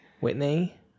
Whitney